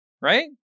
Right